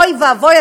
אוי ואבוי,